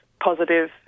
positive